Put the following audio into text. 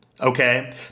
Okay